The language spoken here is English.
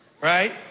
Right